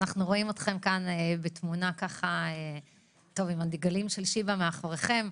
אנחנו רואים אתכם בזום עם הדגלים של שיבא מאחוריכם.